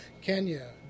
Kenya